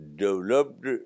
developed